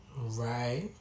Right